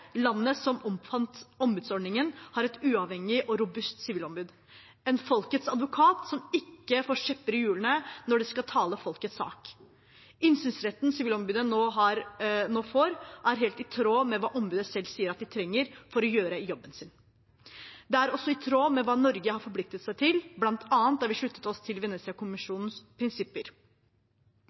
landet som oppfant ombudsordningen, har et uavhengig og robust sivilombud – en folkets advokat som ikke får kjepper i hjulene når det skal tale folkets sak. Innsynsretten Sivilombudet nå får, er helt i tråd med hva ombudet selv sier de trenger for å gjøre jobben sin. Det er også i tråd med hva Norge har forpliktet seg til, bl.a. da vi sluttet oss til Venezia-kommisjonens prinsipper.